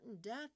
death